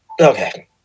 Okay